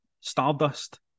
stardust